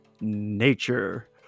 nature